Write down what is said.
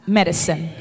medicine